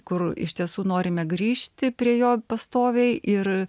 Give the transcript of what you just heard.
kur iš tiesų norime grįžti prie jo pastoviai ir